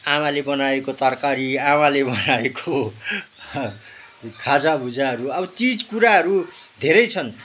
आमाले बनाएको तरकारी आमाले बनाएको खाजाभुजाहरू अब चिज कुराहरू धेरै छन्